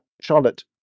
Charlotte